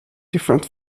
different